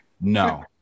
No